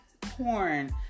porn